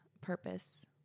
purpose